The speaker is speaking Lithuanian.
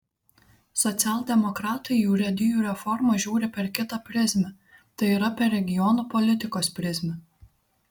socialdemokratai į urėdijų reformą žiūri per kitą prizmę tai yra per regionų politikos prizmę